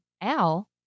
Al